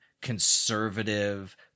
conservative